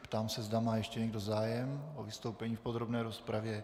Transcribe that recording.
Ptám se, zda má ještě někdo zájem o vystoupení v podrobné rozpravě.